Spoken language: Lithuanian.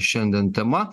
šiandien tema